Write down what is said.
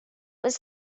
was